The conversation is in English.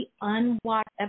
unwatched